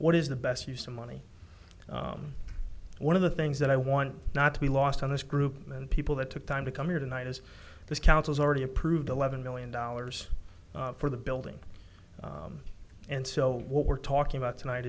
what is the best use of money one of the things that i want not to be lost on this group and people that took time to come here tonight is this council's already approved eleven million dollars for the building and so what we're talking about tonight